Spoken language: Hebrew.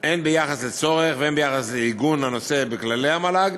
הן ביחס לצורך והן ביחס לעיגון הנושא בכללי המל"ג.